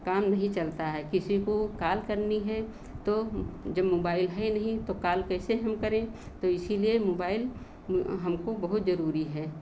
काम नहीं चलता है किसी को कॉल करनी है तो जब मोबाइल है नहीं तो कॉल कैसे हम करें तो इसीलिए मोबाइल हमको बहुत ज़रूरी है